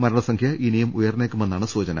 മരണസംഖ്യ ഇനിയും ഉയർന്നേക്കുമെന്നാണ് സൂചന